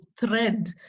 thread